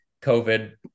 COVID